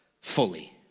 fully